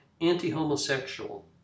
Anti-homosexual